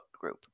group